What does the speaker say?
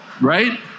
Right